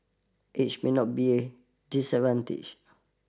age may not be a disadvantage